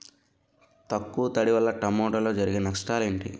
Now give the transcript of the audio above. తక్కువ తడి వల్ల టమోటాలో జరిగే నష్టాలేంటి?